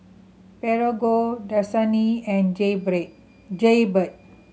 Prego Dasani and Jaybird